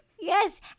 Yes